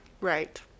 Right